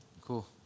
cool